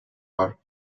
her